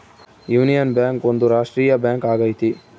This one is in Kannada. ಯೂನಿಯನ್ ಬ್ಯಾಂಕ್ ಒಂದು ರಾಷ್ಟ್ರೀಯ ಬ್ಯಾಂಕ್ ಆಗೈತಿ